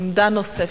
עמדה נוספת.